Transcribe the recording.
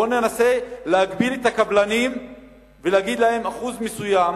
בוא ננסה להגביל את הקבלנים ולהגיד להם: אחוז מסוים